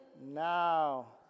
now